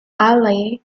ali